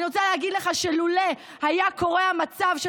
אני רוצה להגיד לך שלולא היה קורה המצב של